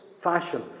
fashion